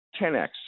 10X